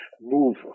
move